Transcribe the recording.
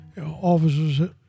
Officers